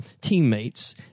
teammates